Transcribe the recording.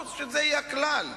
זה יהיה הכלל,